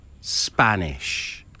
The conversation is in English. Spanish